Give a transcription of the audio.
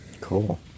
Cool